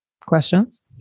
Questions